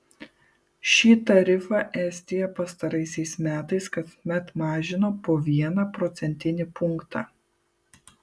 šį tarifą estija pastaraisiais metais kasmet mažino po vieną procentinį punktą